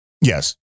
Yes